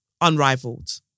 unrivaled